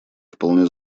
вполне